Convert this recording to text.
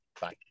Bye